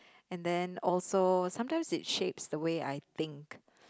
and then also sometimes it shapes the way I think